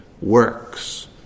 works